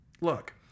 Look